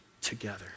together